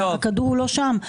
הכדור לא שם.